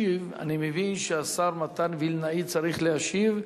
אני מבין שהשר מתן וילנאי צריך להשיב,